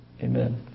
Amen